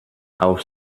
auf